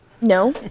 No